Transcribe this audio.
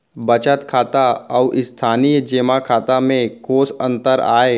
बचत खाता अऊ स्थानीय जेमा खाता में कोस अंतर आय?